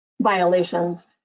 violations